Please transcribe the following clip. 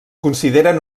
consideren